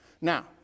Now